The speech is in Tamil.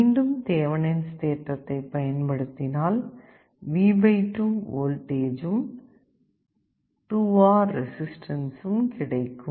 மீண்டும் தேவனின்ஸ் தேற்றத்தை பயன்படுத்தினால் V 2 வோல்டேஜ் உம் 2R ரெசிஸ்டன்சும் கிடைக்கும்